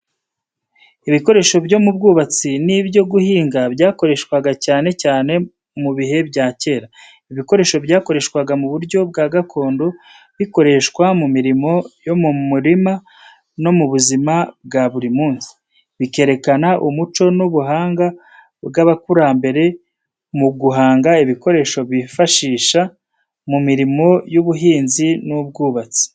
Ibikoresho byo mu bwubatsi n'ibyo guhinga byakoreshwaga cyane cyane mu bihe bya kera. Ibi bikoresho byakoreshwaga mu buryo bwa gakondo, bikoreshwa mu mirimo yo mu murima no mu buzima bwa buri munsi. Bikerekana umuco n'ubuhanga bw'abakurambere mu guhanga ibikoresho bifasha mu mirimo y'ubuhinzi n'ubwubatsi.